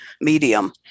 medium